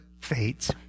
fades